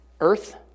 earth